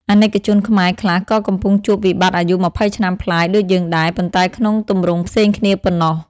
អាណិកជនខ្មែរខ្លះក៏កំពុងជួប "វិបត្តិអាយុ២០ឆ្នាំប្លាយ" ដូចយើងដែរ ប៉ុន្តែក្នុងទម្រង់ផ្សេងគ្នាប៉ុណ្ណោះ។